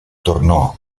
tornò